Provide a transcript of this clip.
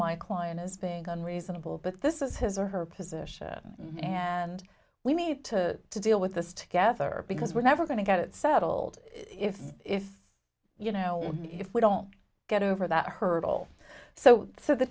my client is being unreasonable but this is his or her position and we need to to deal with this together because we're never going to get it settled if you know if we don't get over that hurdle so so the